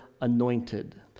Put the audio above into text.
anointed